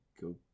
go